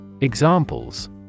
Examples